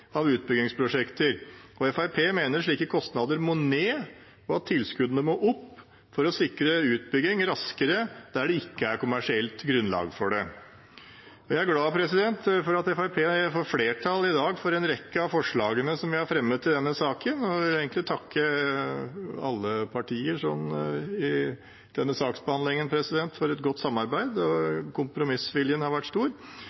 av utbyggingsprosjekter. Fremskrittspartiet mener slike kostnader må ned og tilskuddene opp for å sikre utbygging raskere der det ikke er kommersielt grunnlag for det. Jeg er glad for at Fremskrittspartiet i dag får flertall for en rekke av forslagene vi har fremmet i denne saken. Jeg vil takke alle partier i denne saksbehandlingen for et godt samarbeid. Kompromissviljen har vært stor.